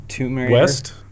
West